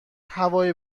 هوای